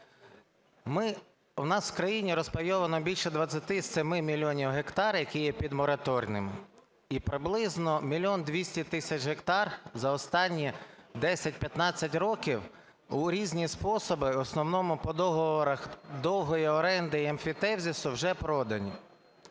У нас в країні розпайовано більше 27 мільйонів гектарів, які є підмораторними, і приблизно мільйон двісті тисяч гектарів за останні 10-15 років у різні способи, в основному по договорах довгої оренди і емфітевзису вже продані.